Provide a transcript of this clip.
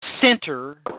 center